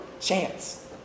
chance